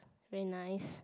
very nice